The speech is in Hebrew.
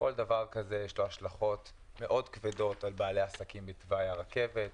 לכל דבר כזה יש השלכות מאוד כבדות על בעלי עסקים בתוואי הרכבת,